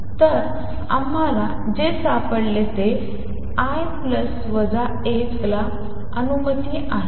तर आम्हाला जे सापडले ते l प्लस वजा 1 ला अनुमती आहे